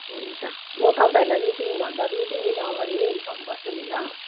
हुन्छ म तपाईँहरूलाई मिटिङभन्दा दुई तिन दिन अगाडि नै इन्फर्म गर्छु नि ल